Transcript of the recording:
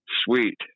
Sweet